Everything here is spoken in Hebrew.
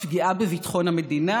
בפגיעה בביטחון המדינה,